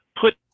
put